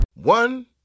One